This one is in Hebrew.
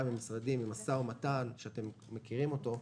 מאוד במשרדים במשא ומתן שאתם מכירים אותו,